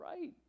right